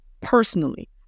personally